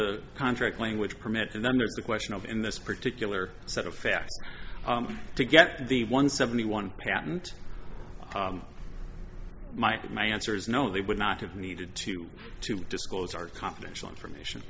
the contract language permit and then there's the question of in this particular set of facts to get the one seventy one patent mike my answer is no they would not have needed to do to disclose our confidential information